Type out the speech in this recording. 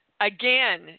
again